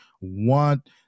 want